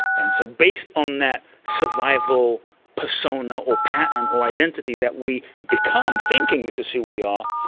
and so based on that survival persona or patent or identify that we become thinking this is who we are,